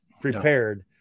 prepared